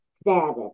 status